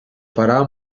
farà